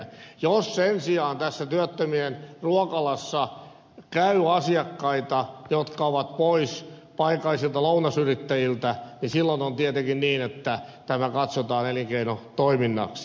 jos sen sijaan tässä työttömien ruokalassa käy asiakkaita jotka ovat pois paikallisilta lounasyrittäjiltä niin silloin on tietenkin niin että tämä katsotaan elinkeinotoiminnaksi